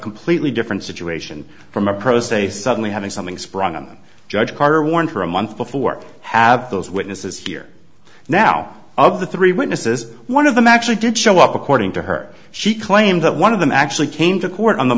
completely different situation from a pro se suddenly having something sprung on judge carr warned her a month before have those witnesses here now of the three witnesses one of them actually did show up according to her she claims that one of them actually came to court on the